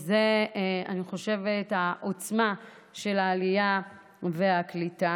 אני חושבת שזאת העוצמה של העלייה והקליטה,